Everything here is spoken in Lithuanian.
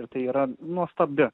ir tai yra nuostabi